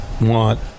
want